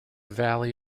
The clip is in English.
valley